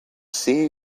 see